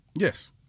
Yes